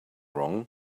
wrong